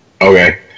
okay